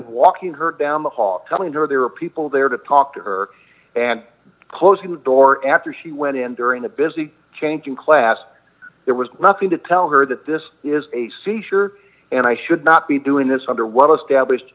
walking her down the hall telling her there were people there to talk to her and closing the door after she went in during the busy changing class there was nothing to tell her that this is a seizure and i should not be doing this under what the stablished